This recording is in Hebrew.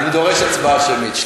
אני דורש הצבעה שמית.